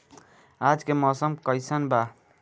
आज के मौसम कइसन बा?